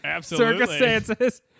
circumstances